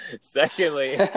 secondly